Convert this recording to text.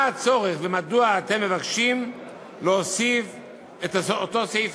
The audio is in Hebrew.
מה הצורך ומדוע אתם מבקשים להוסיף את אותו סעיף